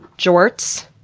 jorts,